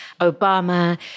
Obama